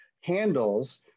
handles